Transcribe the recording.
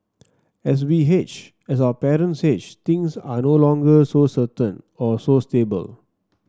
as we age as our parents age things are no longer so certain or so stable